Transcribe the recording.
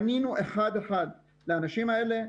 פנינו אחד-אחד לאנשים האלה,